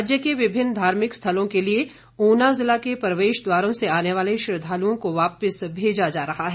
राज्य के विभिन्न धार्मिक स्थलों के लिए ऊना ज़िला के प्रवेश द्वारों से आने वाले श्रद्धालुओं को वापिस भेजा जा रहा है